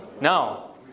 No